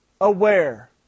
aware